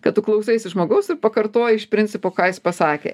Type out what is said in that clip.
kad tu klausaisi žmogaus ir pakartoji iš principo ką jis pasakė